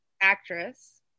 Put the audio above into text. Actress